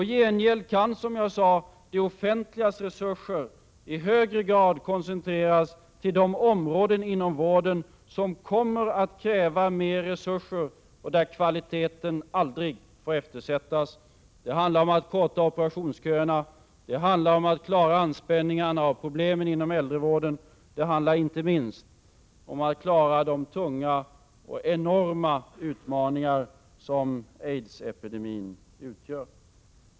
I gengäld kan, som jag sade, det offentligas resurser i högre grad koncentreras till de områden inom vården som kommer att kräva mer resurser och där kvaliteten aldrig får eftersättas. Det handlar om att korta operationsköerna, att klara anspänningarna av problem inom äldrevården och inte minst att klara de tunga och enorma utmaningar som aidsepidemin utgör.